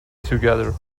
together